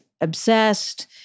obsessed